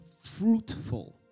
fruitful